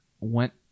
went